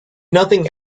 nothing